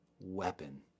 weapon